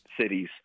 cities